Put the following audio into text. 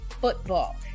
football